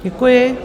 Děkuji.